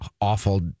awful